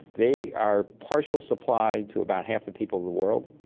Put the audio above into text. they are partial supplied to about half the people of the world.